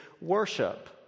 worship